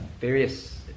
Various